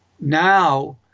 now